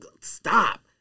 Stop